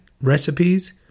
recipes